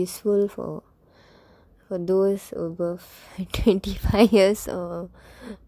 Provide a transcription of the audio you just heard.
useful for for those over twenty five years or